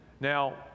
now